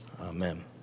amen